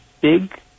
big